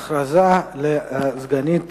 הודעה לסגנית